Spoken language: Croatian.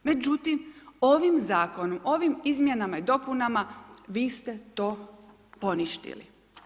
Međutim, ovim Zakonom, ovim izmjenama i dopunama vi ste to poništili.